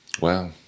Wow